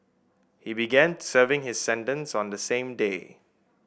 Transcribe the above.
he began serving his sentence on the same day